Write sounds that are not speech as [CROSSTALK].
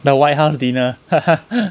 the white house dinner [LAUGHS]